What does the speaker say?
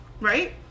right